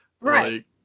Right